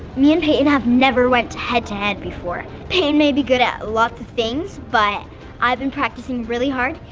me and payton have never went head-to-head before. payton may be good at lots of things, but i've been practicing really hard,